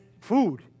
food